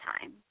time